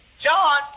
John